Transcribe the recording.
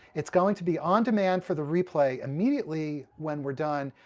it's going to be on-demand for the replay immediately when we're done,